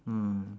mm